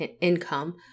income